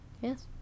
Yes